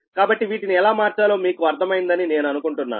కాబట్టి వీటిని ఎలా మార్చాలో మీకు అర్థమైందని నేను అనుకుంటున్నాను